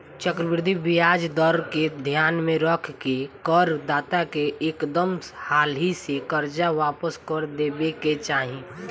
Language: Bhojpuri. चक्रवृद्धि ब्याज दर के ध्यान में रख के कर दाता के एकदम हाली से कर्जा वापस क देबे के चाही